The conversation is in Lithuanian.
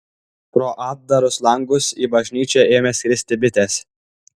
pro atdarus langus į bažnyčią ėmė skristi bitės